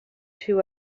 two